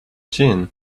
gin